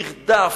נרדף,